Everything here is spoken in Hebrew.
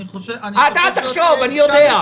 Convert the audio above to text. אני חושב -- אתה אל תחשוב, אני יודע.